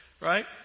Right